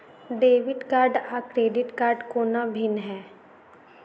Debit card आ credit कोना भिन्न है?